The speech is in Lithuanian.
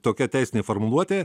tokia teisinė formuluotė